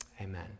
Amen